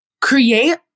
create